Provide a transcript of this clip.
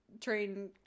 train